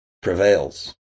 prevails